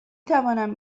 توانم